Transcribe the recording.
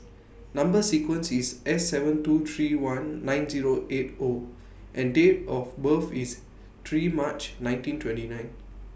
Number sequence IS S seven two three one nine Zero eight O and Date of birth IS three March nineteen twenty nine